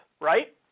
right